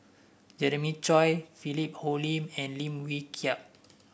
Jeremiah Choy Philip Hoalim and Lim Wee Kiak